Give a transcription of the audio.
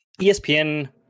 ESPN